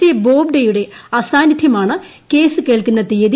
A Bobde യുടെ അസാന്നിദ്ധ്യമാണ് കേൾക്കുന്ന തീയതി